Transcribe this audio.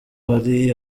hari